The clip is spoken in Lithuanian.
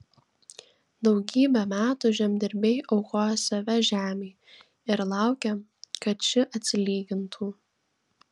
daugybę metų žemdirbiai aukoja save žemei ir laukia kad ši atsilygintų